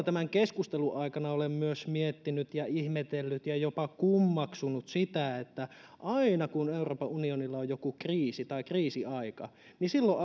tämän keskustelun aikana olen miettinyt ja ihmetellyt ja jopa kummeksunut myös sitä että aina kun euroopan unionilla on joku kriisi tai kriisiaika silloin